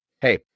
hey